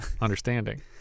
understanding